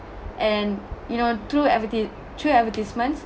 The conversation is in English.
and you know through adverti~ through advertisements